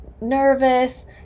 nervous